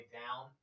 down